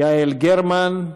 יעל גרמן,